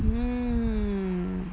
mmhmm